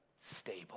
stable